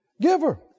giver